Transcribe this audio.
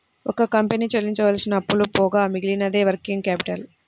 ఒక కంపెనీ చెల్లించవలసిన అప్పులు పోగా మిగిలినదే వర్కింగ్ క్యాపిటల్